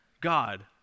God